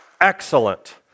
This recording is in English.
Excellent